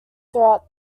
throughout